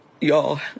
Y'all